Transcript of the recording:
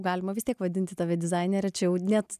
galima vis tiek vadinti tave dizaine čia jau net